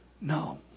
no